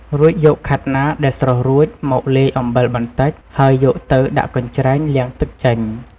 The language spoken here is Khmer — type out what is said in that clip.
រួចយកខាត់ណាដែលស្រុះរួចមកលាយអំបិលបន្តិច ហើយយកទៅដាក់កញ្ច្រែងលាងទឹកចេញ។